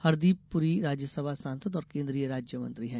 हरदीप पुरी राज्यसभा सांसद और केंद्रीय राज्य मंत्री हैं